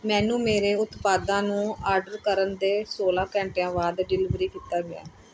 ਮੈਨੂੰ ਮੇਰੇ ਉਤਪਾਦਾਂ ਨੂੰ ਆਰਡਰ ਕਰਨ ਦੇ ਸੌਲ੍ਹਾਂ ਘੰਟਿਆਂ ਬਾਅਦ ਡਿਲੀਵਰ ਕੀਤਾ ਗਿਆ